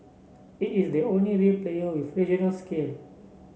it is the only real player with regional scale